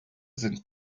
sind